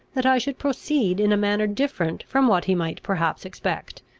that i should proceed in a manner different from what he might perhaps expect.